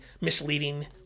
misleading